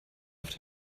auf